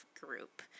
group